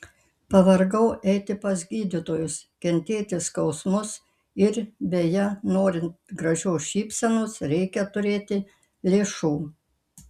pavargau eiti pas gydytojus kentėti skausmus ir beje norint gražios šypsenos reikia turėti lėšų